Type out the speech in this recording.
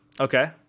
Okay